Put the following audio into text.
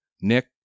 Nick